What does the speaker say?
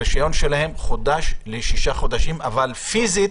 הרישיון שלהם חודש לשישה חודשים אבל פיסית,